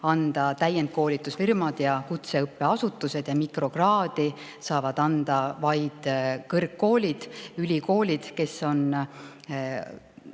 anda täiendkoolitusfirmad ja kutseõppeasutused ning mikrokraadi saavad anda vaid kõrgkoolid, ülikoolid, kelle